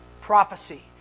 Prophecy